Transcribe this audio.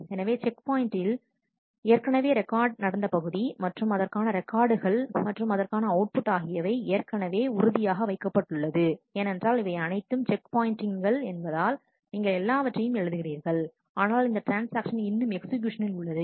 எனவே செக் பாயின்ட்டிங்கில் ஏற்கனவே ரெக்கார்ட் நடந்த பகுதி மற்றும் அதற்கான ரெக்கார்டுகள் மற்றும் அதற்கான அவுட்புட் ஆகியவை ஏற்கனவே உறுதியாக வைக்கப்பட்டுள்ளது ஏனென்றால் இவை அனைத்தும் செக் பாயின்ட்டிங்கள் என்பதால் நீங்கள் எல்லாவற்றையும் எழுதுகிறீர்கள் ஆனால் இந்த ட்ரான்ஸ்ஆக்ஷன் இன்னும் எக்ஸ்கியூஸனில் உள்ளது